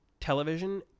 television